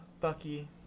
Bucky